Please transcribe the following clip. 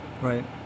Right